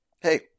hey